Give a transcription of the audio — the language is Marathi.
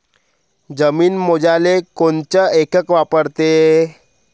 जमीन मोजाले कोनचं एकक वापरते?